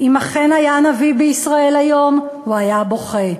אם אכן היה נביא בישראל היום, הוא היה בוכה.